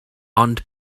ond